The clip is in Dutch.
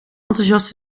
enthousiast